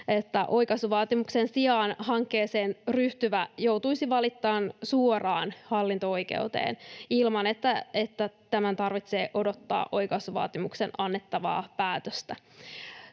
että oikaisuvaatimuksen sijaan hankkeeseen ryhtyvä joutuisi valittamaan suoraan hallinto-oikeuteen ilman että tämän tarvitsee odottaa oikaisuvaatimukseen annettavaa päätöstä.